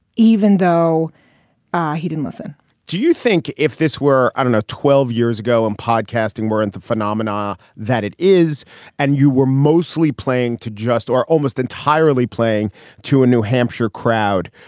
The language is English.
even though he didn't listen do you think if this were, i don't know, twelve years ago and podcasting weren't the phenomena that it is and you were mostly playing to just or almost entirely playing to a new hampshire crowd,